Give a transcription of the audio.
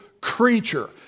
creature